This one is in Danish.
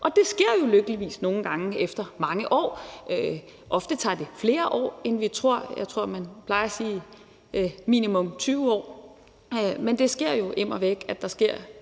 Og det sker jo lykkeligvis nogle gange efter mange år. Ofte tager det flere år, end vi tror. Jeg tror, man plejer at sige minimum 20 år. Men det sker jo immer væk, at der sker